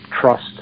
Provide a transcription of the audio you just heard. trust